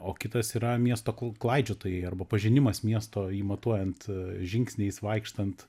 o kitas yra miesto klaidžiotojai arba pažinimas miesto jį matuojant žingsniais vaikštant